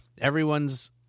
Everyone's